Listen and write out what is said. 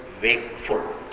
wakeful